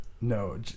No